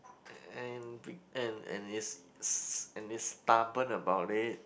and and is is and is stubborn about it